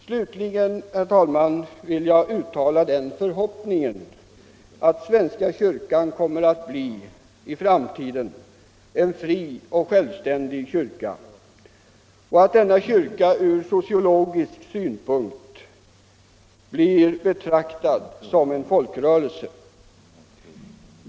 Slutligen, herr talman, vill jag uttala den förhoppningen att svenska kyrkan i framtiden kommer att bli en fri och självständig kyrka och att denna kyrka ur sociologisk synpunkt blir betraktad som en folkrörelse.